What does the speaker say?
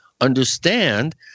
understand